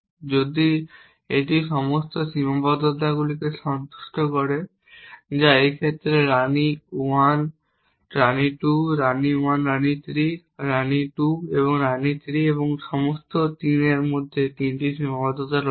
যদি এটি সমস্ত সীমাবদ্ধতাগুলিকে সন্তুষ্ট করে যা এই ক্ষেত্রে রানী 1 রানী 2 রানী 1 রানী 3 এবং রানী 2 রানী 3 এবং সমস্ত 3 এর মধ্যে 3টি সীমাবদ্ধতা রয়েছে